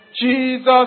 Jesus